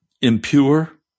impure